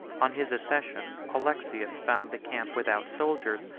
on his accession, alexius found the camp without soldiers,